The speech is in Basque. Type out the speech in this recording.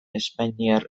espainiar